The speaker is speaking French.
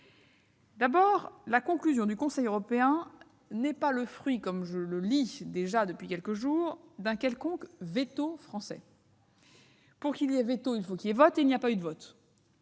D'abord, la conclusion du Conseil européen n'est pas le fruit, comme je le lis depuis quelques jours, d'un quelconque veto français. Pour qu'il y ait veto, il faut qu'il y ait vote ; or il n'y en a pas eu. Ensuite,